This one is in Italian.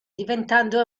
diventando